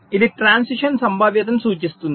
ఇది ట్రాన్సిషన్ సంభావ్యతను సూచిస్తుంది